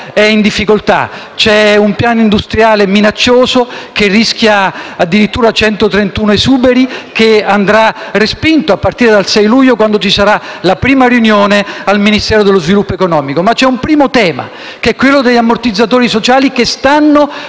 è in difficoltà: c'è un piano industriale minaccioso, con addirittura il rischio di 131 esuberi e che andrà respinto a partire dal 6 luglio, quando ci sarà la prima riunione al Ministero dello sviluppo economico. C'è però un primo tema, quello degli ammortizzatori sociali, che stanno